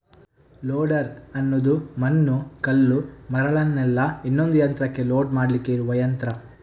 loader ಅನ್ನುದು ಮಣ್ಣು, ಕಲ್ಲು, ಮರಳನ್ನೆಲ್ಲ ಇನ್ನೊಂದು ಯಂತ್ರಕ್ಕೆ ಲೋಡ್ ಮಾಡ್ಲಿಕ್ಕೆ ಇರುವ ಯಂತ್ರ